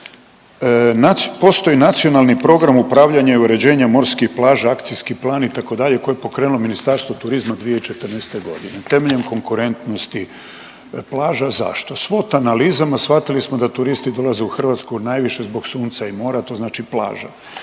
Postoji Nacionalni program upravljanja i uređenja morskih plaća, Akcijski plan itd. koje je pokrenulo Ministarstvo turizma 2014.g. temeljem konkurentnosti plaža. Zašto? SWOT analizama shvatili smo da turisti dolaze u Hrvatsku najviše zbog sunca i mora to znači plaća,